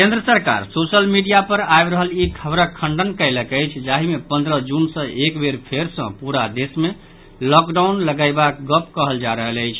केन्द्र सरकार social media पर आबि रहल ई खबरक खंडन कयलक अछि जाहि मे पंद्रह जून सॅ एक बेर फेर सॅ पूरा देश मे लॉकडाउन लगयबाक गप कहल जा रहल अछि